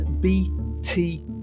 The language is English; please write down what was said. bt